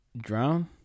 Drown